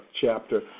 chapter